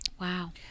Wow